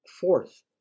Fourth